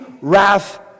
wrath